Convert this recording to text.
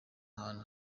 ahantu